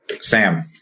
Sam